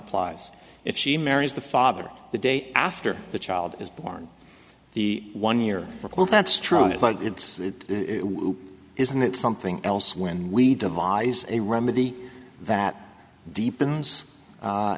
applies if she marries the father the day after the child is born the one year recall that's true it's like it's isn't it something else when we devise a remedy that deepens a